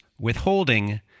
withholding